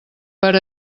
per